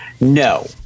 No